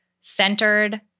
centered